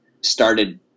started